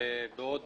בעוד